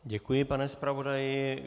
Děkuji, pane zpravodaji.